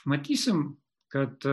matysim kad